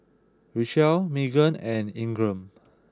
Richelle Meaghan and Ingram